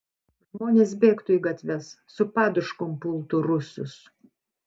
žmonės bėgtų į gatves su paduškom pultų rusus